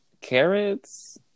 carrots